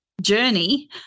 journey